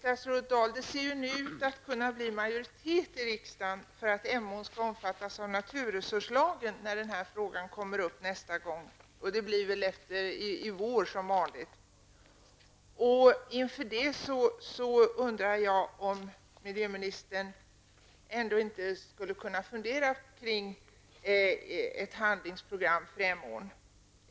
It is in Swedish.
Herr talman! Ja, statsrådet det ser nu ut att kunna bli majoritet i riksdagen för att Emån skall omfattas av naturresurslagen när frågan kommer upp nästa gång. Det blir väl i vår som vanligt. Inför det undrar jag om inte miljöministern ändå kan fundera kring ett handlingsprogram för Emån.